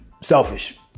selfish